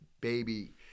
baby